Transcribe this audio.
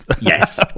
yes